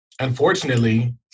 unfortunately